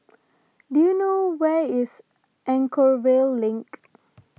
do you know where is Anchorvale Link